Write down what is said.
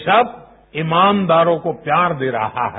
देश अब ईमानदारों को प्यार दे रहा है